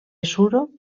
suro